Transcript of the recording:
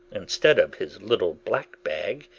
instead of his little black bag,